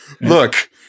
Look